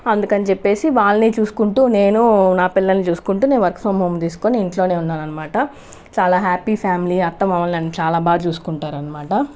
అందుకని చెప్పేసి వాళ్ళని చూసుకుంటూ నేను నా పిల్లల్ని చూసుకుంటూ నేను వర్క్ ఫ్రం హోం తీసుకొని ఇంట్లోనే ఉన్నాననమాట చాలా హ్యాపీ ఫ్యామిలీ అత్తమామలు నన్ను చాలా బాగా చూసుకుంటారు అనమాట